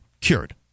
cured